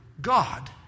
God